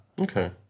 Okay